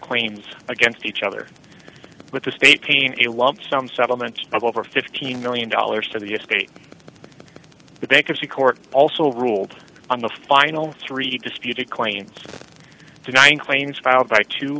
claims against each other with the state pain a lump sum settlement of over fifteen million dollars to the escape the bankruptcy court also ruled on the final three disputed claims denying claims filed by two